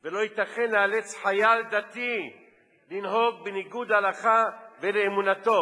ולא ייתכן לאלץ חייל דתי לנהוג בניגוד להלכה ולאמונתו.